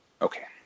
Okay